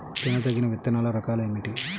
తినదగిన విత్తనాల రకాలు ఏమిటి?